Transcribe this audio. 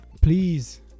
Please